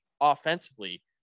offensively